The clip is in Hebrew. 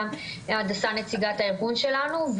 הדסה נציגת הארגון שלנו.